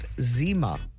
Zima